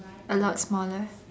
a lot smaller